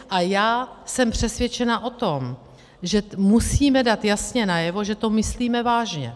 A já jsem přesvědčena o tom, že musíme dát jasně najevo, že to myslíme vážně.